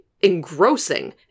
engrossing